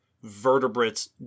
vertebrates